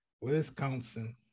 Wisconsin